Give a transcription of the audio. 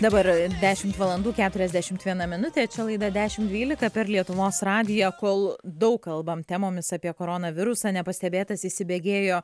dabar ir dešimt valandų keturiasdešimt viena minutė čia laida dešim dvylika per lietuvos radiją kol daug kalbam temomis apie koronavirusą nepastebėtas įsibėgėjo